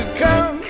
come